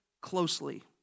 closely